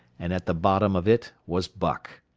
and at the bottom of it was buck.